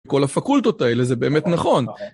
כל הפקולטות האלה, זה באמת נכון.